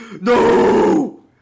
no